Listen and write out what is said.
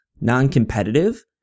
non-competitive